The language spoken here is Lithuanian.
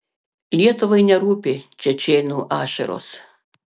lietuvai nerūpi čečėnų ašaros